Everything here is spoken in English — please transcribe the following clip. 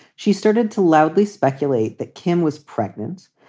she started to loudly speculate that kim was pregnant,